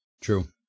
True